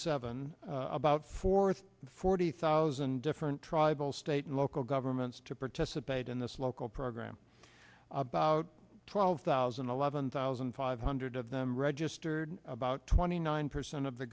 seven about forth forty thousand different tribal state and local governments to participate in this local program about twelve thousand and eleven thousand five hundred of them registered about twenty nine percent of the